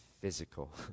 physical